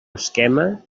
esquema